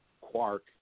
Quark